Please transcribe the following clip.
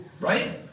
right